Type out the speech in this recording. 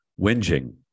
Whinging